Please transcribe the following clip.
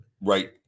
right